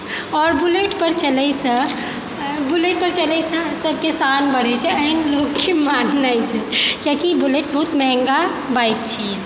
आओर बुल्लेट पर चलैसँ बुल्लेट पर चलैसँ सभकें शान बढ़ैत छै एहन लोगके माननाइ छै किआकि बुल्लेट बहुत महँगा बाइक छियै